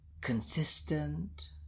consistent